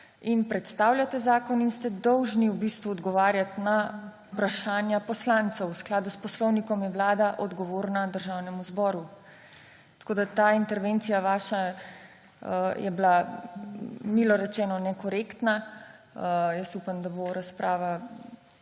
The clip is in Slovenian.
in predstavljate zakon. In ste dolžni v bistvu odgovarjati na vprašanja poslancev, v skladu s poslovnikom je Vlada odgovorna Državnemu zboru. Ta vaša intervencija je bila, milo rečeno, nekorektna. Jaz upam, da bo razprava